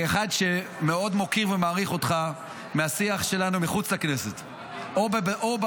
--- כאחד שמאוד מוקיר ומעריך אותך מהשיח שלנו מחוץ לכנסת -- זה הדדי.